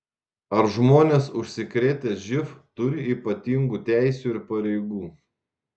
ar žmonės užsikrėtę živ turi ypatingų teisių ir pareigų